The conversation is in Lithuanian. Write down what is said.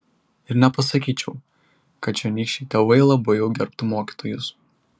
ir nepasakyčiau kad čionykščiai tėvai labai jau gerbtų mokytojus